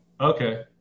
Okay